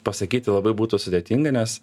pasakyti labai būtų sudėtinga nes